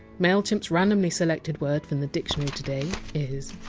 mailchimp! s randomly selected word from the dictionary today is!